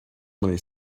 many